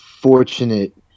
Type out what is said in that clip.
fortunate